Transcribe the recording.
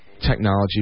technology